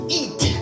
eat